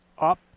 up